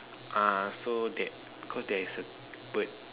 ah so that cause there's a bird